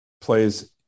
plays